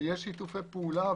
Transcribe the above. ויש שיתופי פעולה.